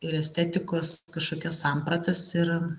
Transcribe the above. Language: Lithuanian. ir estetikos kažkokias sampratas ir